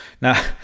Now